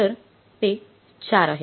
तर ते ४ आहेत